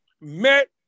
met